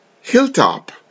hilltop